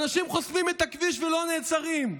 אנשים חוסמים את הכביש ולא נעצרים,